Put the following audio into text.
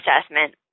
assessment